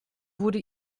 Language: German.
wurde